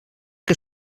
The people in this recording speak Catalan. que